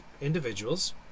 individuals